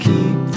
Keep